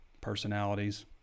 personalities